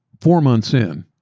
four months in,